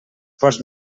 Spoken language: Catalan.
pots